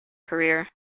career